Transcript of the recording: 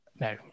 no